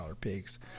pigs